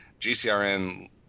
GCRN